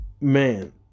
man